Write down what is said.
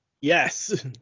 Yes